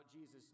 Jesus